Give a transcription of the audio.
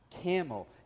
camel